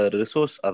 resource